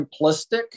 simplistic